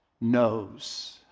knows